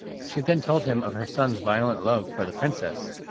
she then told him of her son's violent love for the princess.